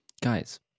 guys